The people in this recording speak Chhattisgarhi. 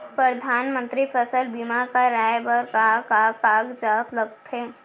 परधानमंतरी फसल बीमा कराये बर का का कागजात लगथे?